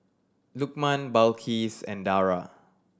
Lukman Balqis and Dara